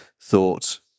thought